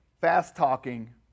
fast-talking